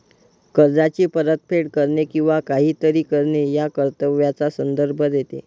कर्जाची परतफेड करणे किंवा काहीतरी करणे या कर्तव्याचा संदर्भ देते